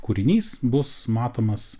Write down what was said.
kūrinys bus matomas